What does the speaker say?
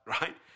right